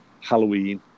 Halloween